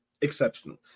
exceptional